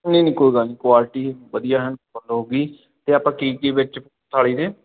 ਨਹੀਂ ਨਹੀਂ ਕੋਈ ਗੱਲ ਨੀ ਕੋਆਲਟੀ ਵਧੀਆ ਐਨ ਫੁੱਲ ਹੋਊਗੀ ਅਤੇ ਆਪਾਂ ਕੀ ਕੀ ਵਿੱਚ ਥਾਲੀ ਦੇ